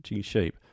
shape